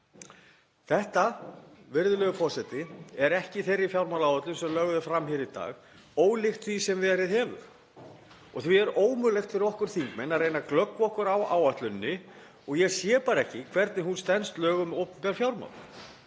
Þetta, virðulegur forseti, er ekki í þeirri fjármálaáætlun sem lögð er fram hér í dag, ólíkt því sem verið hefur. Því er ómögulegt fyrir okkur þingmenn að reyna að glöggva okkur á áætluninni og ég sé bara ekki hvernig hún stenst lög um opinber fjármál.